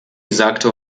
sagte